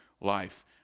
life